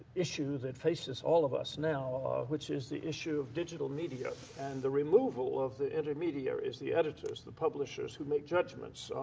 issue that faces all of us now, which is the issue of digital media and the removal of the intermediaries, the editors, the publishers, who make judgments.